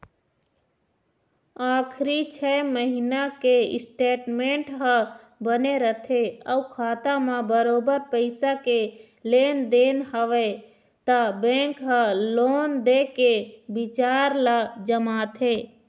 आखरी छै महिना के स्टेटमेंट ह बने रथे अउ खाता म बरोबर पइसा के लेन देन हवय त बेंक ह लोन दे के बिचार ल जमाथे